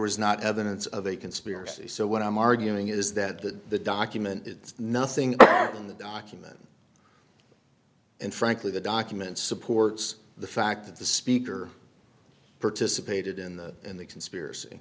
was not evidence of a conspiracy so what i'm arguing is that the document it's nothing hard in the document and frankly the documents supports d the fact that the speaker participated in the in the conspiracy